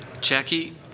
Jackie